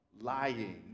lying